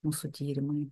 mūsų tyrimai